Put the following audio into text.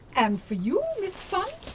and for you, miss funn,